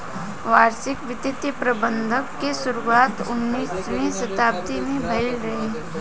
वैश्विक वित्तीय प्रबंधन के शुरुआत उन्नीसवीं शताब्दी में भईल रहे